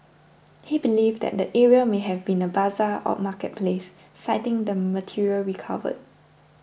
he believed that the area may have been a bazaar or marketplace citing the material recovered